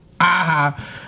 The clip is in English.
aha